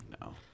no